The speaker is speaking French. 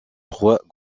trois